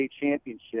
Championship